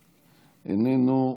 איננו.